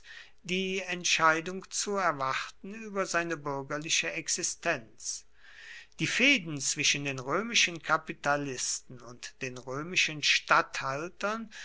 die entscheidung zu erwarten über seine bürgerliche existenz die fehden zwischen den römischen kapitalisten und den römischen